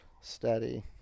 steady